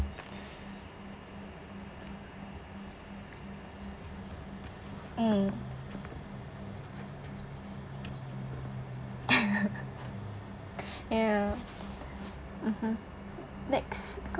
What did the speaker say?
mm ya mmhmm next